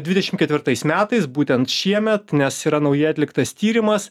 dvidešimt ketvirtais metais būtent šiemet nes yra naujai atliktas tyrimas